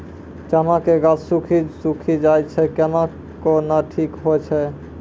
चना के गाछ सुखी सुखी जाए छै कहना को ना ठीक हो छै?